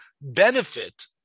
benefit